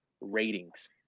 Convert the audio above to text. ratings